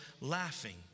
laughing